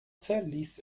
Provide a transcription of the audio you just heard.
verließ